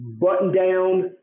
button-down